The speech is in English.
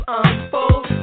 unfold